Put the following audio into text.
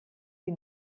sie